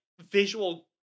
visual